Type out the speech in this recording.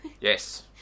Yes